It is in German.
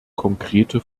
konkrete